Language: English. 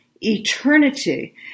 eternity